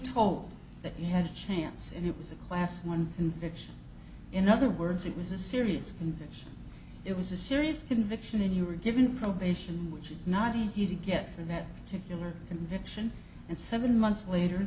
told that you had a chance and it was a class one in which in other words it was a serious conviction it was a serious conviction and you were given probation which is not easy to get for that particular conviction and seven